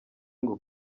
ngo